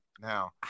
now